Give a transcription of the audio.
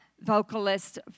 vocalist